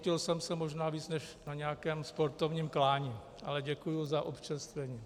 Zpotil jsem se možná více než na nějakém sportovním klání, ale děkuji za občerstvení.